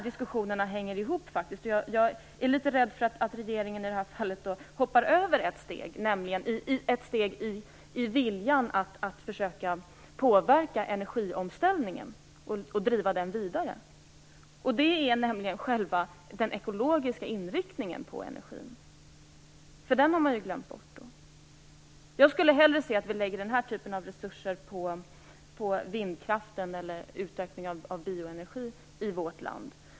Dessa frågor hänger ihop, och jag är litet rädd för att regeringen i det här fallet hoppar över ett steg i sin vilja att försöka påverka energiomställningen och driva den vidare. Det steget är själva den ekologiska inriktningen på energin. Den har man glömt bort. Jag skulle hellre se att vi lade den här typen av resurser på vindkraft eller på en utökning av bioenergi i vårt land.